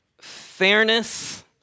fairness